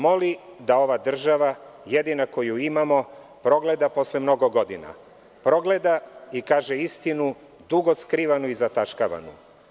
Moli da ova država, jedina koju imamo, progleda posle mnogo godina, progleda i kaže istinu, dugo skrivanu i zataškavanu.